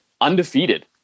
undefeated